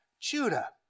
Judah